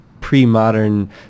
pre-modern